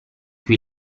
cui